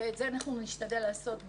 אנחנו נשתדל לעשות זאת,